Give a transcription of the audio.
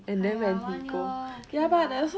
!aiya! one year okay lah